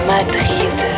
Madrid